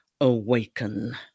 Awaken